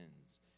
sins